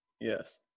Yes